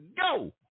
go